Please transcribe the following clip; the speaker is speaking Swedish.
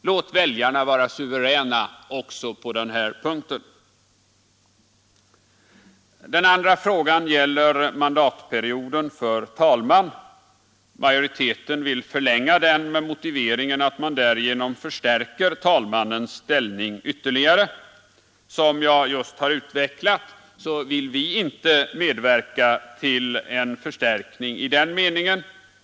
Låt väljarna vara suveräna också på denna punkt! Den andra frågan gäller mandatperioden för talman. Majoriteten vill förlänga den med motiveringen att man därigenom förstärker talmannens ställning ytterligare. Som jag tidigare har utvecklat vill vi inte medverka till en förstärkning i den meningen.